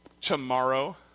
tomorrow